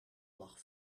lag